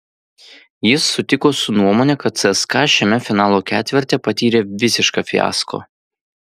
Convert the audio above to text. jis sutiko su nuomone kad cska šiame finalo ketverte patyrė visišką fiasko